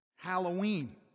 Halloween